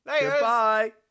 Goodbye